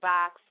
Box